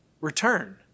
Return